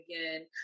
again